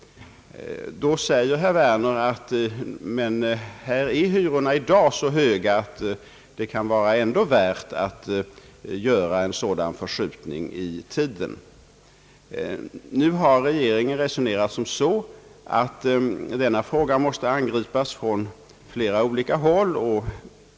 Då säger herr Werner: Men hyrorna är i dag så höga att det ändå kan vara värt att göra en sådan förskjutning i tiden. Regeringen har emellertid resonerat som så, att denna fråga måste angripas från flera olika utgångspunkter.